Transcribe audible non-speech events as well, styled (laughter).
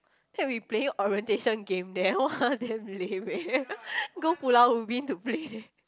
then we playing orientation game there !wah! then lame eh (laughs) go Pulau-Ubin to play there